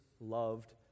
loved